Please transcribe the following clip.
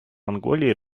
монголией